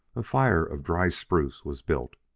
a fire of dry spruce was built.